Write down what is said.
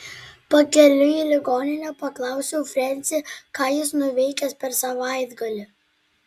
pakeliui į ligoninę paklausiau frensį ką jis nuveikęs per savaitgalį